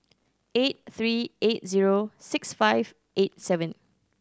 eight three eight zero six five eight seven